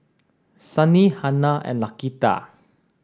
Sonny Hanna and Laquita